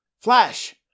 Flash